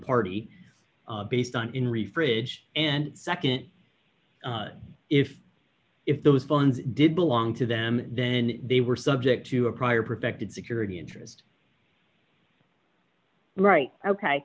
party based on in re fridge and nd if if those funds did belong to them then they were subject to a prior protected security interest right ok